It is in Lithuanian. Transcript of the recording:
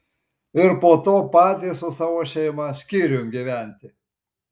ir po to patys su savo šeima skyrium gyventi